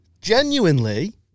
genuinely